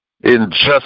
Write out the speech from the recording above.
Injustice